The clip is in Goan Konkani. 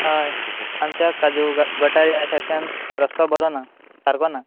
हय आमच्या काजू भाटा ह्या सायडीच्यान रोस्तो बोरो ना सारको ना